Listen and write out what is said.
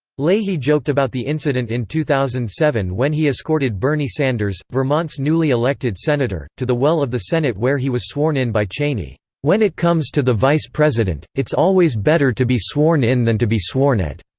leahy joked about the incident in two thousand and seven when he escorted bernie sanders, vermont's newly elected senator, to the well of the senate where he was sworn in by cheney when it comes to the vice president, it's always better to be sworn in than to be sworn at.